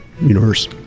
universe